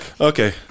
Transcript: Okay